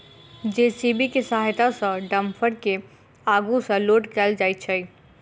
JCB के सहायता सॅ डम्फर के आगू सॅ लोड कयल जाइत छै